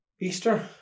Easter